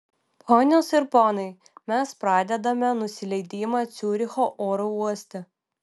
ponios ir ponai mes pradedame nusileidimą ciuricho oro uoste